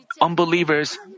unbelievers